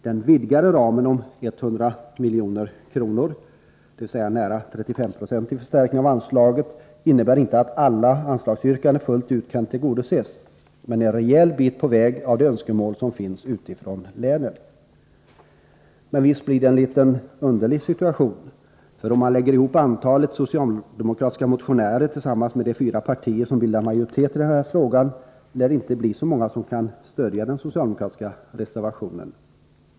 Den vidgade ramen om 100 milj.kr., dvs. en nära 35-procentig förstärkning av anslaget, innebär inte att alla anslagsyrkanden kan tillgodoses fullt ut, men det är en rejäl bit på väg för att uppfylla de önskemål som finns ute i länen. Men visst blir det en litet underlig situation, för lägger man ihop antalet socialdemokratiska motionärer och antalet ledamöter i de fyra partier som bildar majoritet i den här frågan lär det inte kunna bli så många som kan stödja den socialdemokratiska reservationen.